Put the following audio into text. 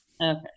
Okay